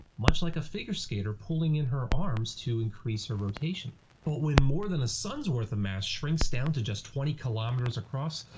like a figure skater pulling in her arms to increase her rotation. but when more than a sun's worth a mass shrinks down to just twenty kilometers across,